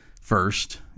first